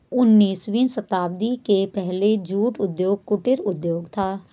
उन्नीसवीं शताब्दी के पहले जूट उद्योग कुटीर उद्योग था